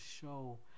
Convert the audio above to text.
show